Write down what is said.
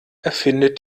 erfindet